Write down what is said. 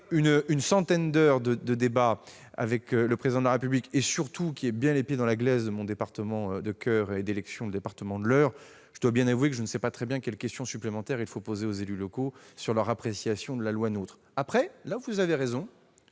centaine d'heures de débats avec le Président de la République, et surtout qui ai les pieds dans la glaise de mon département de coeur et d'élection, l'Eure, je dois avouer que je ne sais pas très bien quelle question supplémentaire il faut poser aux élus locaux sur leur appréciation de la loi NOTRe. En revanche, vous avez raison